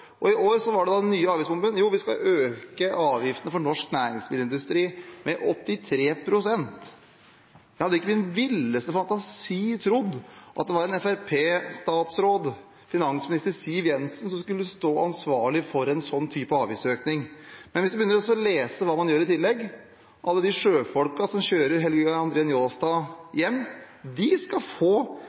år. I år var den nye avgiftsbomben at vi skal øke avgiftene for norsk næringsmiddelindustri med 83 pst. Jeg hadde ikke i min villeste fantasi trodd at det var en Fremskrittsparti-statsråd, finansminister Siv Jensen, som skulle stå ansvarlig for en sånn type avgiftsøkning. Men hvis man i tillegg begynner å lese hva de gjør, ser man at alle de sjøfolkene som kjører Helge André Njåstad hjem, skal få